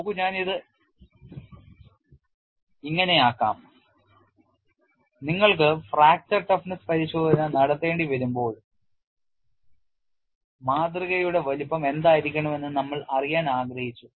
നോക്കൂ ഞാൻ ഇത് ഇങ്ങനെയാക്കാം നിങ്ങൾക്ക് ഫ്രാക്ചർ toughess പരിശോധന നടത്തേണ്ടിവരുമ്പോൾ മാതൃകയുടെ വലുപ്പം എന്തായിരിക്കണം എന്ന് നമ്മൾ അറിയാൻ ആഗ്രഹിച്ചു